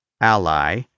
Ally